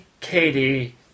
Katie